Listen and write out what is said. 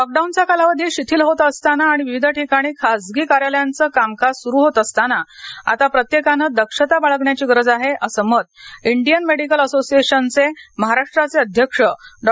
लॉकडाऊनचा कालावधी शिथिल होत असताना आणि विविध ठिकाणी खासगी कार्यालयांचे कामकाज सुरू होत असताना आता प्रत्येकाने दक्षता बाळगण्याची गरज आहे असं मत इंडियन मेडिकल असोसिएशनचे महाराष्ट्राचे अध्यक्ष डॉ